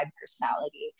personality